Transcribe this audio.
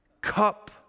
cup